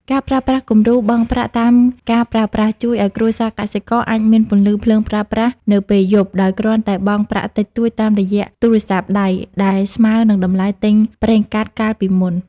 ការប្រើប្រាស់គំរូ "បង់ប្រាក់តាមការប្រើប្រាស់" ជួយឱ្យគ្រួសារកសិករអាចមានពន្លឺភ្លើងប្រើប្រាស់នៅពេលយប់ ដោយគ្រាន់តែបង់ប្រាក់តិចតួចតាមរយៈទូរស័ព្ទដៃ ដែលស្មើនឹងតម្លៃទិញប្រេងកាតកាលពីមុន។